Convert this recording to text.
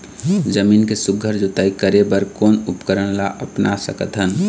जमीन के सुघ्घर जोताई करे बर कोन उपकरण ला अपना सकथन?